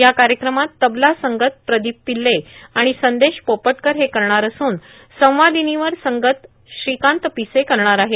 या कार्यक्रमात तबला संगत प्रदिप पिल्ले आणि संदेश पोपटकर हे करणार असून संवादिनीवर संगत श्रीकांत पिसे करणार आहेत